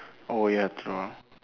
oh ya true ah